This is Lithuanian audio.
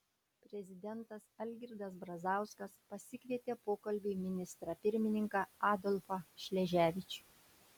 prezidentas algirdas brazauskas pasikvietė pokalbiui ministrą pirmininką adolfą šleževičių